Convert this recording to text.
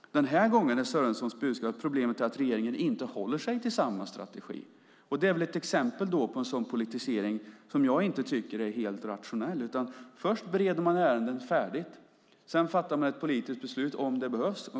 Den här gången är Sörensons budskap att problemet är att regeringen inte håller sig till samma strategi. Det är ett exempel på en sådan politisering som jag inte tycker är helt rationell. Först bereder man ärenden färdigt. Sedan fattar man ett politiskt beslut om det behövs.